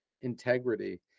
integrity